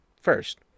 First